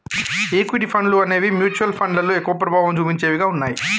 equity ఫండ్లు అనేవి mutual ఫండ్లలో ఎక్కువ ప్రభావం చుపించేవిగా ఉన్నయ్యి